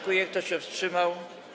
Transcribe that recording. Kto się wstrzymał?